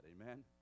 amen